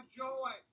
joy